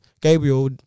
Gabriel